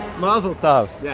mazel tov yeah,